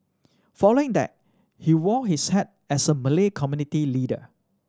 following that he wore his hat as a Malay community leader